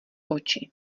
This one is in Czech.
oči